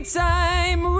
time